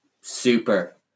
super